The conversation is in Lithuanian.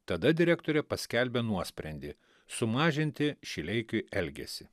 tada direktorė paskelbė nuosprendį sumažinti šileikiui elgesį